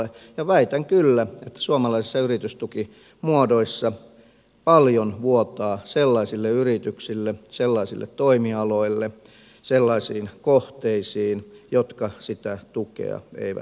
ja väitän kyllä että suomalaisissa yritystukimuodoissa paljon vuotaa sellaisille yrityksille sellaisille toimialoille sellaisiin kohteisiin jotka sitä tukea eivät tarvitse